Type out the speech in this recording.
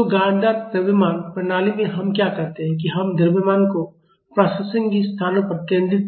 तो गांठदार द्रव्यमान प्रणाली में हम क्या करते हैं कि हम द्रव्यमान को प्रासंगिक स्थानों पर केंद्रित